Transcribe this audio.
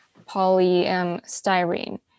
polystyrene